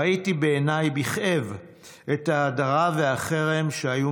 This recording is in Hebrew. ראיתי בעיניי בכאב את ההדרה והחרם שהיו